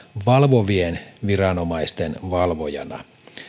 valvovien viranomaisten valvojana